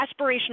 Aspirational